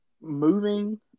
moving